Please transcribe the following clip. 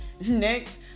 Next